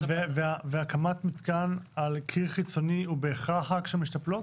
והקמת מתקן על קיר חיצוני הוא בהכרח רק של משתפלות?